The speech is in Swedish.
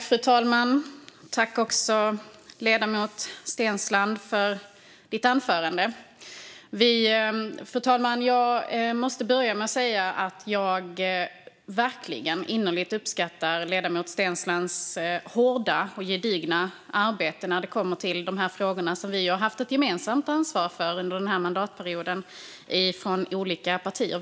Fru talman! Tack, ledamoten Steensland, för ditt anförande! Jag uppskattar verkligen innerligt ledamoten Steenslands hårda och gedigna arbete i de här frågorna, som vi haft ett gemensamt ansvar för under mandatperioden från olika partier.